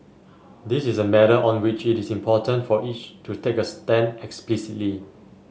this is a matter on which it is important for each to take a stand explicitly